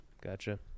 Gotcha